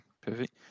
perfect